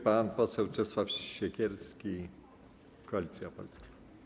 Pan poseł Czesław Siekierski, Koalicja Polska.